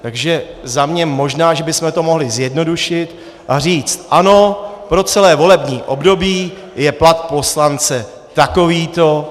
Takže za mě, možná že bychom to mohli zjednodušit a říct ano, po celé volební období je plat poslance takovýto.